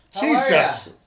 Jesus